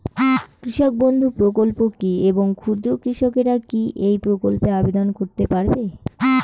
কৃষক বন্ধু প্রকল্প কী এবং ক্ষুদ্র কৃষকেরা কী এই প্রকল্পে আবেদন করতে পারবে?